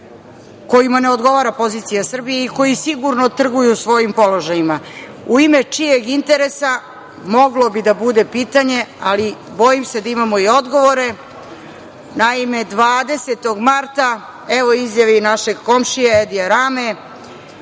kojima ne odgovara pozicija Srbije i koji sigurno trguju svojim položajima.U ime čijeg interesa moglo bi da bude pitanje, ali bojim se da imamo i odgovore. Naime, 20. marta, evo izjave i našeg komšije Edija Rame,